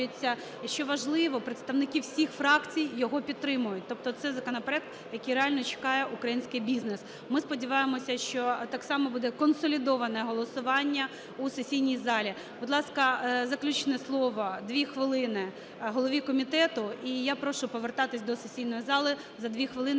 Що важливо? Представники всіх фракцій його підтримують, тобто це законопроект, який реально чекає український бізнес. Ми сподіваємося, що так само буде консолідоване голосування у сесійній залі. Будь ласка, заключне слово, дві хвилини, голові комітету. І я прошу повертатися до сесійної зали, за дві хвилини